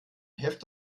heft